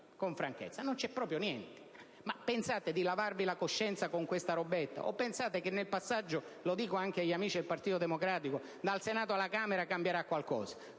con franchezza - non c'è proprio niente. Ma pensate di lavarvi la coscienza con questa robetta? O pensate che nel passaggio - lo dico anche agli amici del Partito Democratico - dal Senato alla Camera cambierà qualcosa?